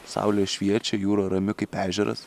saulė šviečia jūra rami kaip ežeras